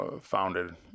founded